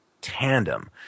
tandem